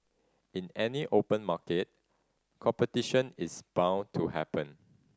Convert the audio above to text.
in any open market competition is bound to happen